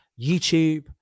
YouTube